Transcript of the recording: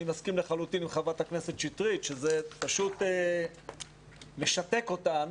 אני מסכים לחלוטין עם חברת הכנסת שטרית שזה פשוט משתק אותם,